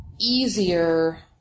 easier